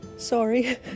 Sorry